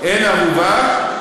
אין ערובה,